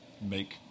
make